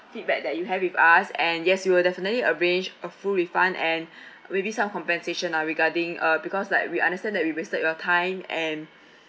feedback that you have with us and yes we'll definitely arrange a full refund and maybe some compensation ah regarding uh because like we understand that we wasted your time